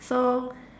so